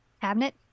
cabinet